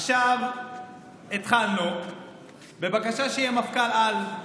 עכשיו התחלנו בבקשה שיהיה מפכ"ל-על.